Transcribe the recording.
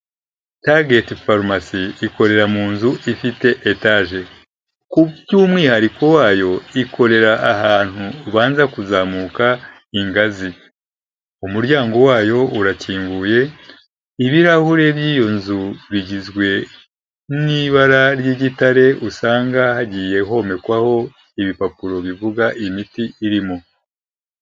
Target farumasi ikorera mu nzu ifite etage. Nk'umwihariko wayo ikorera ahantu ubanza kuzamuka ingazi. Umuryango wayo urakinguye, ibirahure by'iyo nzu bigizwe n'ibara ry'igitare usanga hagiye homekwaho ibipapuro bivuga iyi imiti irimo.